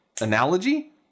analogy